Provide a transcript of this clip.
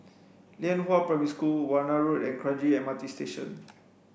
Lianhua Primary School Warna Road and Kranji M R T Station